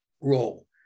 role